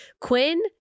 Quinn